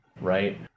right